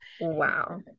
Wow